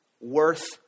worth